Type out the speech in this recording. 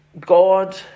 God